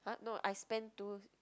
[huh] no I spend two